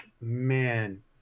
man